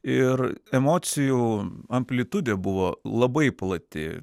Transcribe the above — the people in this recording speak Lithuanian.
ir emocijų amplitudė buvo labai plati